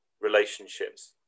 relationships